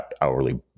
hourly